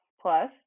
plus